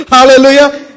Hallelujah